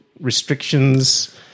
restrictions –